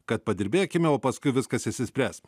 kad padirbėkime o paskui viskas išsispręs